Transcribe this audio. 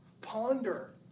ponder